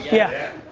yeah.